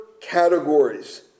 categories